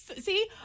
See